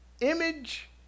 image